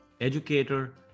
educator